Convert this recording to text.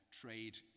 trade